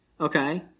okay